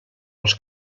els